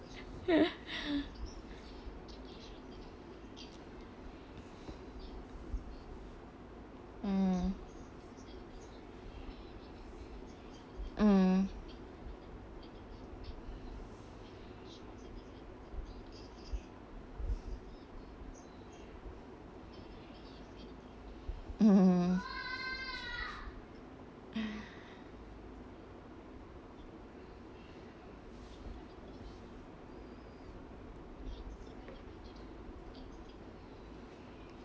mm mm mm